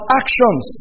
actions